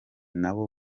nabo